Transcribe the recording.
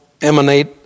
emanate